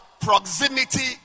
proximity